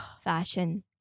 Fashion